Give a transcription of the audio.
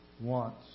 wants